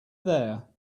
there